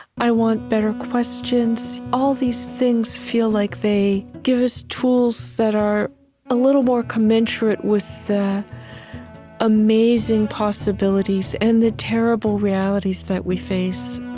i want better questions. all these things feel like they give us tools that are a little more commensurate with the amazing possibilities and the terrible realities that we face